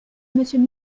monsieur